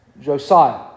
Josiah